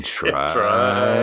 try